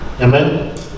Amen